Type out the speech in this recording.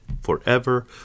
forever